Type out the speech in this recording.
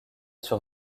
sur